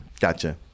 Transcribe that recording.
Gotcha